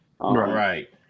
Right